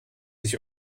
sich